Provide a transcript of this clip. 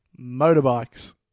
Motorbikes